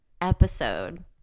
episode